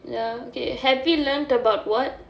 ya okay have you learnt about what